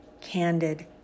candid